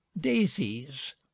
daisies